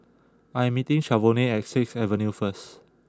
I am meeting Shavonne at Sixth Avenue first